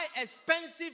expensive